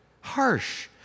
harsh